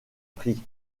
pris